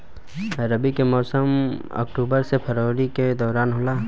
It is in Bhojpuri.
रबी के मौसम अक्टूबर से फरवरी के दौरान होला